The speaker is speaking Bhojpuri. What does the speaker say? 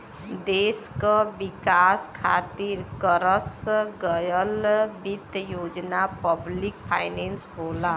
देश क विकास खातिर करस गयल वित्त योजना पब्लिक फाइनेंस होला